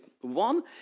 One